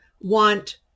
want